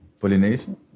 Pollination